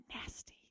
nasty